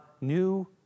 new